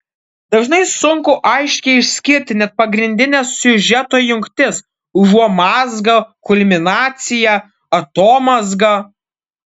dažnai sunku aiškiai išskirti net pagrindines siužeto jungtis užuomazgą kulminaciją atomazgą